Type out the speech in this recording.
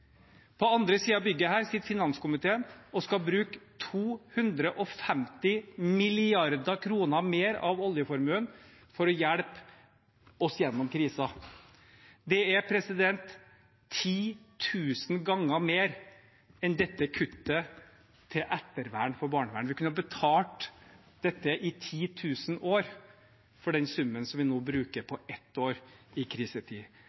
På den andre siden av dette bygget sitter finanskomiteen og skal bruke 250 mrd. kr mer av oljeformuen for å hjelpe oss gjennom krisen. Det er 10 000 ganger mer enn dette kuttet i ettervern for barnevernet. Vi kunne betalt dette i 10 000 år for den summen som vi nå bruker på ett år i krisetid.